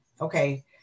okay